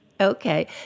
Okay